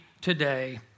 today